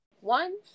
one